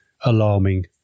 alarming